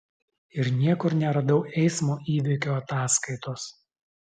ir niekur neradau eismo įvykio ataskaitos